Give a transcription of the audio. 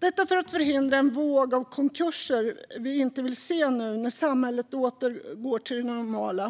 Detta behövs för att förhindra en våg av konkurser - något som vi inte vill se nu när samhället återgår till det normala.